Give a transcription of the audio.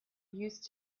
used